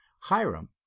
Hiram